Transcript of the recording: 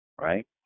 Right